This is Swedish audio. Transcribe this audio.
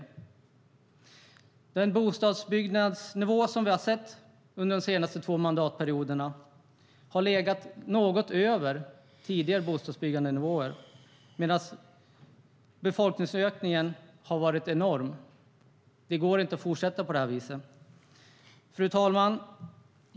Fru talman!